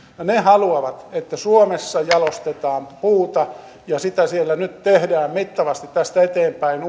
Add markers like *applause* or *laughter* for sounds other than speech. ja he haluavat että suomessa jalostetaan puuta ja uusia tuotteita siellä nyt tehdään mittavasti tästä eteenpäin *unintelligible*